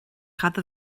cad